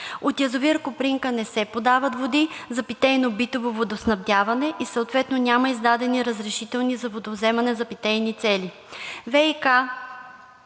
От язовир „Копринка“ не се подават води за питейно-битово водоснабдяване и съответно няма издадени разрешителни за водовземане за питейни цели. ВиК